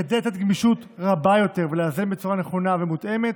כדי לתת גמישות רבה יותר ולאזן בצורה נכונה ומותאמת,